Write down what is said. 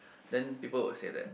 then people will say that